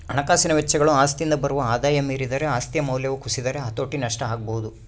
ಹಣಕಾಸಿನ ವೆಚ್ಚಗಳು ಆಸ್ತಿಯಿಂದ ಬರುವ ಆದಾಯ ಮೀರಿದರೆ ಆಸ್ತಿಯ ಮೌಲ್ಯವು ಕುಸಿದರೆ ಹತೋಟಿ ನಷ್ಟ ಆಗಬೊದು